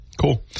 Cool